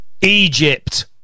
Egypt